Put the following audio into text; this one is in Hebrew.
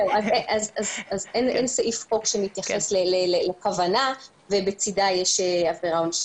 אין סעיף חוק שמתייחס לכוונה ובצדה יש עבירה עונשית.